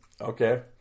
okay